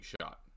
shot